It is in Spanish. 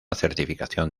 certificación